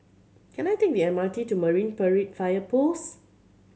can I take the M R T to Marine Parade Fire Post